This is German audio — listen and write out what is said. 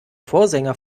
vorsänger